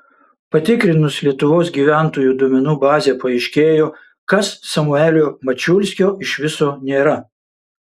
patikrinus lietuvos gyventojų duomenų bazę paaiškėjo kas samuelio mačiulskio iš viso nėra